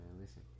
Listen